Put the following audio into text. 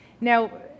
Now